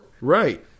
Right